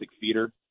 feeder